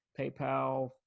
paypal